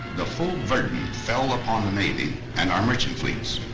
the whole verdant fell upon the navy and our merchant fleets.